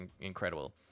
incredible